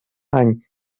any